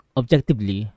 objectively